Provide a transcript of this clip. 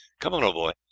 come on, old boy,